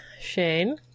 Shane